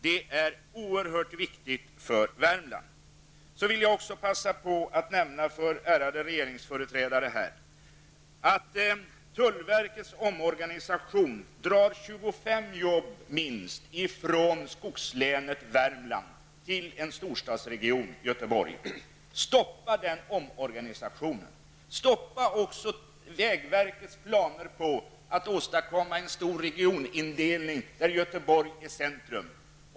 Det är oerhört viktigt för Så vill jag också passa på att nämna för ärade regeringsföreträdare här att tullverkets omorganisation drar minst 25 jobb från skogslänet Värmland till en storstadsregion, Göteborg. Stoppa den omorganisationen! Stoppa också vägverkets planer på att åstadkomma en storregionindelning med Göteborg i centrum.